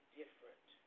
different